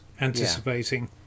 anticipating